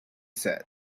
said